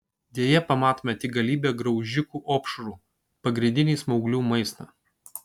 deja pamatome tik galybę graužikų opšrų pagrindinį smauglių maistą